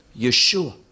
Yeshua